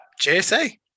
JSA